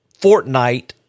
Fortnite